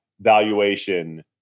valuation